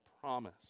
promise